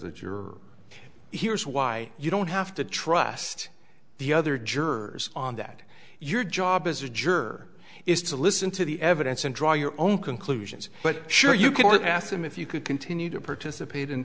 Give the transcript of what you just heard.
it you're here's why you don't have to trust the other jurors on that your job as a juror is to listen to the evidence and draw your own conclusions but sure you could ask them if you could continue to participate